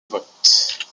vote